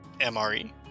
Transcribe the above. mre